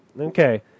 Okay